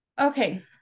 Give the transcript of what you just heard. Okay